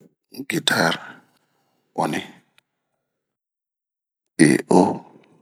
gitari, ɔnhni ,i-oo